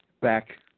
back